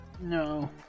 No